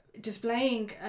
displaying